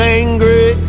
angry